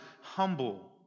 humble